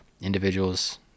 individuals